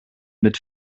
mit